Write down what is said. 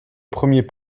premier